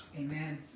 Amen